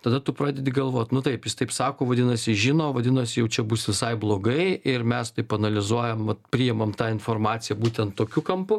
tada tu pradedi galvot nu taip jis taip sako vadinasi žino vadinasi jau čia bus visai blogai ir mes taip analizuojam va priimam tą informaciją būtent tokiu kampu